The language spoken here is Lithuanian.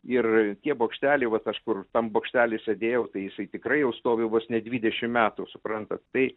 ir tie bokšteliai vat aš kur tam bokštely sėdėjau tai jisai tikrai jau stovi vos ne dvidešim metų suprantat tai